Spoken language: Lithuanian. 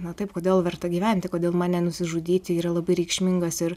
na taip kodėl verta gyventi kodėl man nenusižudyti yra labai reikšmingas ir